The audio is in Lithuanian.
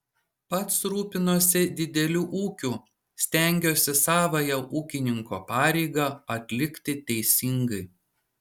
pats rūpinuosi dideliu ūkiu stengiuosi savąją ūkininko pareigą atlikti teisingai